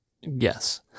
Yes